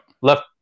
left